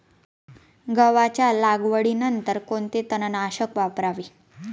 गव्हाच्या लागवडीनंतर कोणते तणनाशक वापरावे?